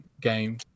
game